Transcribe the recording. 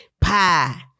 pie